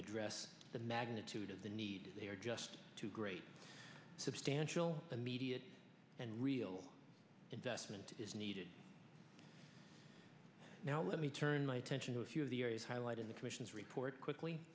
address the magnitude of the need they are just too great substantial immediate and real investment is needed now let me turn my attention to a few of the areas highlight in the commission's report